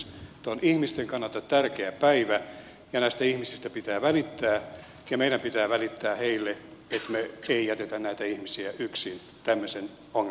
tämä on ihmisten kannalta tärkeä päivä ja näistä ihmisistä pitää välittää ja meidän pitää välittää heille että me emme jätä näitä ihmisiä yksin tämmöisen ongelman edessä